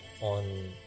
on